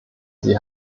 sie